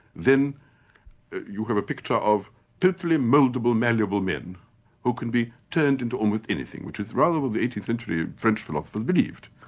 then you have a picture of totally mouldable, malleable men who can be turned into almost anything, which is rather what the eighteenth century french philosophers believed.